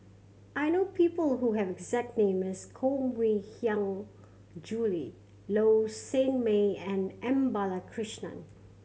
I know people who have the exact name as Koh Mui Hiang Julie Low Sanmay and M Balakrishnan